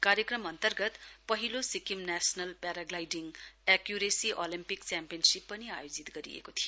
कार्यक्रम अन्तर्गत पहिलो Sikkim national paragliding accuracy olympic championship पनि आयोजित गरिएको थियो